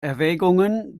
erwägungen